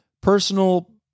personal